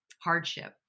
hardship